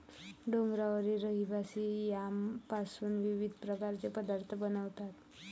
डोंगरावरील रहिवासी यामपासून विविध प्रकारचे पदार्थ बनवतात